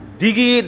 digi